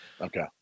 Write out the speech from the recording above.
Okay